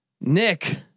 Nick